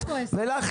ולך,